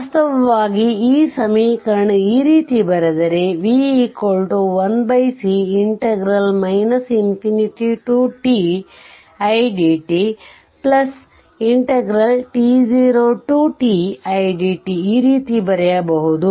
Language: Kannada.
ವಾಸ್ತವವಾಗಿ ಈ ಸಮೀಕರಣ ಈ ರೀತಿ ಬರೆದರೆv 1 c t idtt0t idt ಈ ರೀತಿ ಬರೆಯಬಹುದು